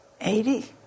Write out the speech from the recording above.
Eighty